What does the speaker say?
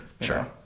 sure